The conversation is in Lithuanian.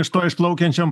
iš to išplaukiančiam